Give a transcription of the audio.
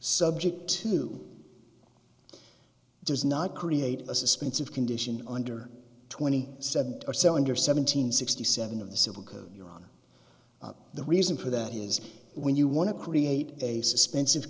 subject to does not create a suspense of condition under twenty seven or so under seven hundred sixty seven of the civil code you're on the reason for that is when you want to create a suspense of